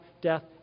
death